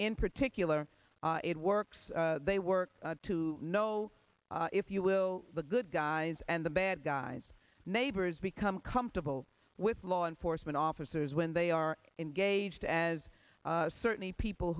in particular it works they work to know if you will the good guys and the bad guys neighbors become comfortable with law enforcement officers when they are engaged as certainly people